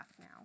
now